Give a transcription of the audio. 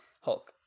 Hulk